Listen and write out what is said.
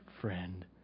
friend